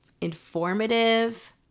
informative